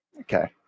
okay